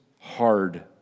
hard